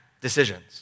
decisions